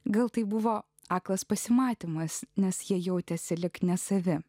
gal tai buvo aklas pasimatymas nes jie jautėsi lyg nesavi